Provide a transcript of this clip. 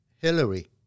Hillary